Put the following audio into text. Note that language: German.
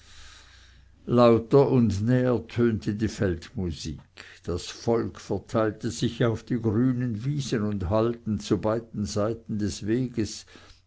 lauter und näher ertönte die feldmusik das volk verteilte sich auf die grünen wiesen und halden zu beiden seiten des weges